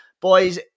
Boys